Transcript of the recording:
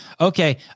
Okay